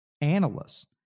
analysts